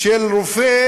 של רופא